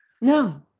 No